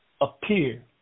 appear